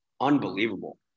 unbelievable